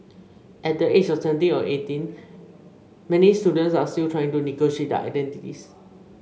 at the age of seventeen or eighteen many students are still trying to negotiate their identities